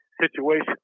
situation